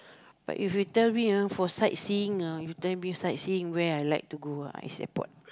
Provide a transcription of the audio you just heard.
but if you tell me ah for sightseeing ah if you tell me sightseeing where I like to go ah is airport